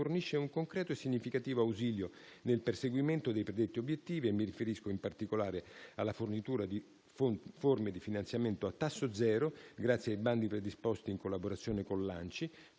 fornisce un concreto e significativo ausilio nel perseguimento dei predetti obiettivi. Mi riferisco in particolare alla fornitura di forme di finanziamento a tasso zero, grazie ai bandi predisposti in collaborazione con l'ANCI,